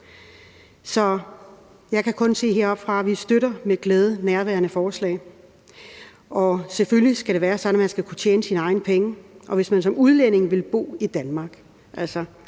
jeg kan kun heroppefra sige, at vi med glæde støtter nærværende forslag. Selvfølgelig skal det være sådan, at man skal kunne tjene sine egne penge, hvis man som udlænding vil bo i Danmark.